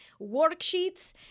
worksheets